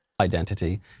identity